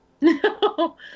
No